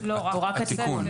לא, זה רק התיקון.